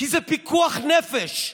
כי זה פיקוח נפש.